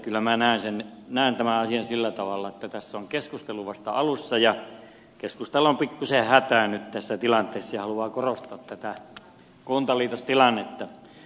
kyllä minä näen tämän asian sillä tavalla että tässä on keskustelu vasta alussa ja keskustalla on pikkuisen hätä nyt tässä tilanteessa ja se haluaa korostaa tätä kuntaliitostilannetta